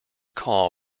call